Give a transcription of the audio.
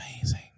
amazing